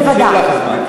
בוודאי.